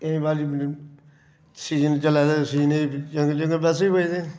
ते केईं बारी सीजन चलै ते सीजना च चंगे चंगे पैसे बी बचदे